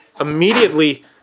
immediately